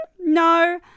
No